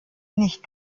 nicht